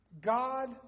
God